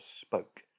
spoke